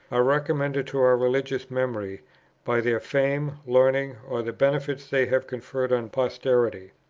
are recommended to our religious memory by their fame, learning, or the benefits they have conferred on posterity.